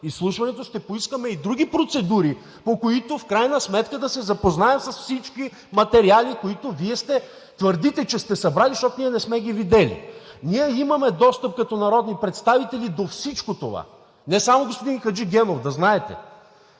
изслушването. Ще поискаме и други процедури, по които в крайна сметка да се запознаем с всички материали, които Вие твърдите, че сте събрали, защото ние не сме ги видели. Ние имаме достъп като народни представители до всичко това. Не само господин Хаджигенов. Да знаете!